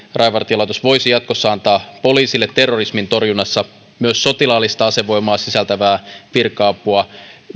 rajavartiolaitos voisi jatkossa antaa poliisille terrorismin torjunnassa myös sotilaallista asevoimaa sisältävää virka apua